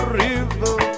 river